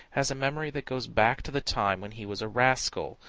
has a memory that goes back to the time when he was a rascal,